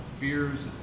beers